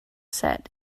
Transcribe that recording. said